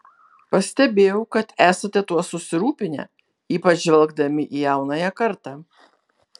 pastebėjau kad esate tuo susirūpinę ypač žvelgdami į jaunąją kartą